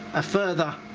a further